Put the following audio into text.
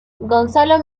gonzalo